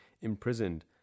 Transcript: imprisoned